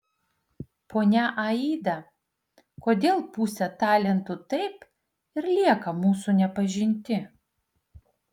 ponia aida kodėl pusė talentų taip ir lieka mūsų nepažinti